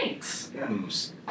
Thanks